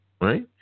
right